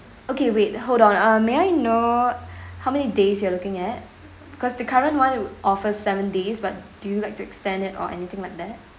okay wait hold on uh may I know how many days you are looking at because the current [one] offers seven days but do you like to extend it or anything like that